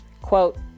quote